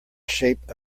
shape